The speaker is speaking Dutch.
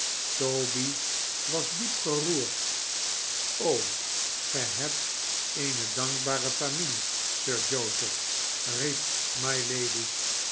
toby was diep geroerd ge hebt eene dankbare familie sir joseph riep